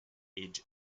age